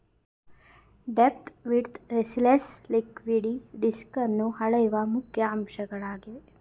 depth, width, resilience liquidity ರಿಸ್ಕನ್ನು ಅಳೆಯುವ ಮುಖ್ಯ ಅಂಶಗಳಾಗಿವೆ